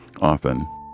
Often